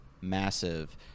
massive